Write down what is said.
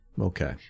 Okay